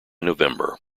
november